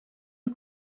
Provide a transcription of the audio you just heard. you